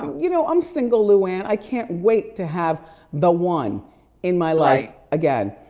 you know i'm single, luann. i can't wait to have the one in my life again.